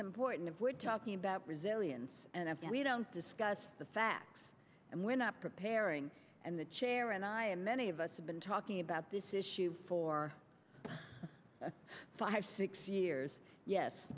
important if we're talking about resilience and if we don't discuss the facts and we're not preparing and the chair and i and many of us have been talking about this issue for five six years yes